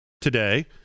today